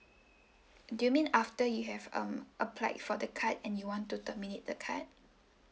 do you mean after you have um applied for the card and you want to terminate the card